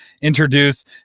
introduce